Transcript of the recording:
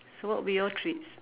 so what were your treats